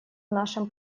нашем